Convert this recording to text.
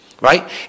right